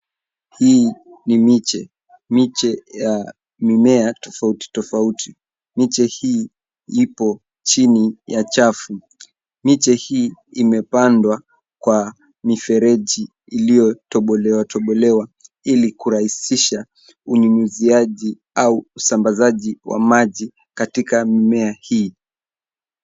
Hii ni miche. Miche ya mimea tofauti tofauti. Miche hii ipo chini ya chafu. Miche hii imepandwa kwa mifereji iliyotobolewa tobolewa ili kurahisisha unyunyiziaji au usambazaji wa maji katika mimea hii.